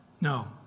No